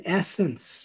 essence